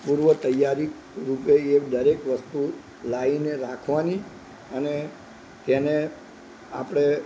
પૂર્વ તૈયારી રૂપે એ દરેક વસ્તુ લાવીને રાખવાની અને તેને આપણે